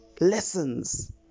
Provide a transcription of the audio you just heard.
Lessons